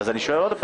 אז אני שואל שוב,